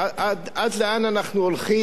עד לאן אנחנו הולכים,